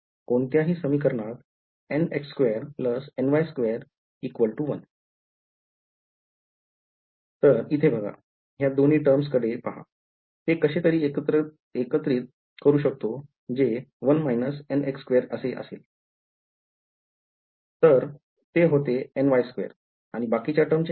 कोणत्याही समीकरणात तर इथे बघा ह्या दोन्ही टर्म्स कडे पहा ते कशेतरी ऐकत्रित करू शकतो जे असे असेल तर ते होते आणि बाकीच्या टर्मचे काय